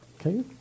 okay